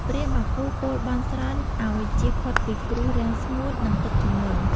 ព្រាហ្មណ៍បាគូពោលបន់ស្រន់ឱ្យចៀសផុតពីគ្រោះរាំងស្ងួត និងទឹកជំនន់។